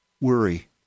worry